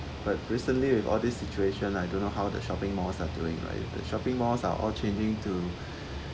but recently with all this situation I don't know how the shopping malls are doing right the shopping malls are all changing to